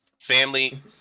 Family